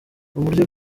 uburyo